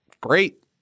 great